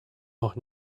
noch